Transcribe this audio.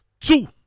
Two